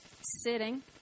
sitting